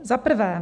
Za prvé.